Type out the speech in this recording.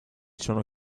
sono